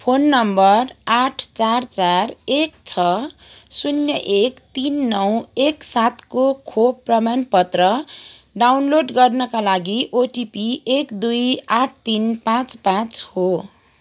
phone number आठ चार चार एक छ शून्य एक तिन नौ एक सातको खोप प्रमाणपत्र डाउनलोड गर्नाका लागि ओटिपी एक दुई आठ तिन पाँच पाँच हो